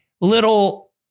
little